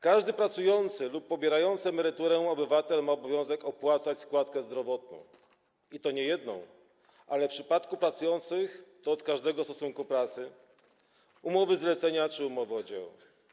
Każdy pracujący lub pobierający emeryturę obywatel ma obowiązek opłacać składkę zdrowotną, i to nie jedną, bo w przypadku pracujących - od każdego stosunku pracy, umowy zlecenia czy umowy o dzieło.